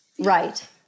Right